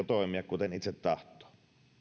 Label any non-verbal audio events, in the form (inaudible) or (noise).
(unintelligible) toimia kuten itse tahtoo